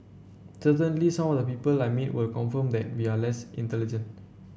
certainly some of the people I meet will confirm that we are less intelligent